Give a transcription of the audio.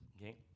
okay